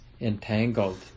entangled